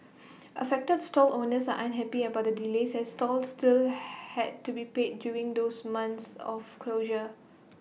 affected stall owners unhappy about the delays as store still had to be paid during those months of closure